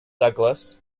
douglas